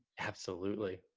absolutely,